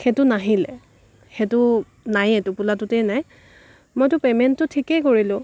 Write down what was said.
সেইটো নাহিলে সেইটো নাইয়ে টোপোলাটোতে নাই মইতো পে'মেণ্টটো ঠিকেই কৰিলোঁ